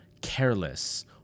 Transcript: careless